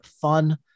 fun